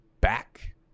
back